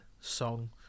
song